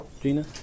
Gina